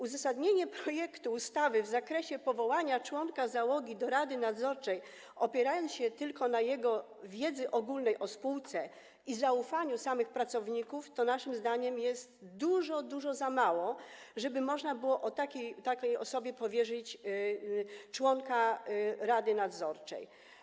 Uzasadnienie projektu ustawy mówi, że powołamy członka załogi do rady nadzorczej, opierając się tylko na jego wiedzy ogólnej o spółce i zaufaniu samych pracowników, a to naszym zdaniem jest dużo, dużo za mało, żeby można było takiej osobie powierzyć funkcję członka rady nadzorczej.